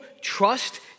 trust